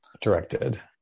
directed